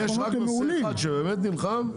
אבל יש רק נושא אחד שבאמת נלחם,